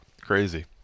Crazy